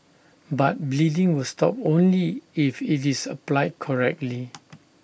but bleeding will stop only if IT is applied correctly